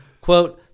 Quote